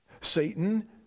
Satan